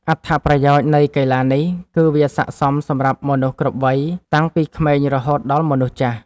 អត្ថប្រយោជន៍នៃកីឡានេះ គឺវាស័ក្តិសមសម្រាប់មនុស្សគ្រប់វ័យ តាំងពីក្មេងរហូតដល់មនុស្សចាស់។